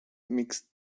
mix